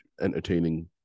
entertaining